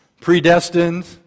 predestined